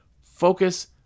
Focus